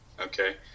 okay